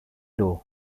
though